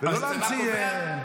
ולא להמציא --- אז הצבא קובע?